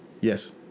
Yes